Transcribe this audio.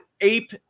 ape